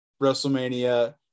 WrestleMania